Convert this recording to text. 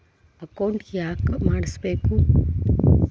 Account ಯಾಕ್ ಮಾಡಿಸಬೇಕು?